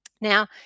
Now